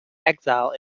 exile